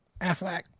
Affleck